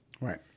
Right